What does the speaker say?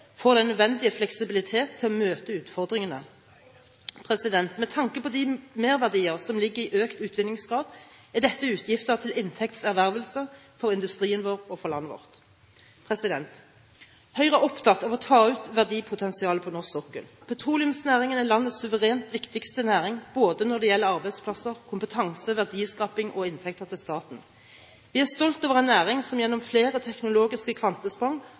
får den nødvendige fleksibilitet til å møte utfordringene. Med tanke på de merverdier som ligger i økt utvinningsgrad, er dette utgifter til inntekts ervervelse for industrien vår og for landet vårt. Høyre er opptatt av å ta ut verdipotensialet på norsk sokkel. Petroleumsnæringen er landets suverent viktigste næring både når det gjelder arbeidsplasser, kompetanse, verdiskaping og inntekter til staten. Vi er stolt over en næring som gjennom flere teknologiske kvantesprang